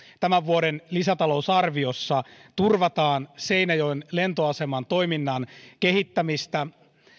tämän vuoden lisätalousarviossa turvataan seinäjoen lentoaseman toiminnan kehittämistä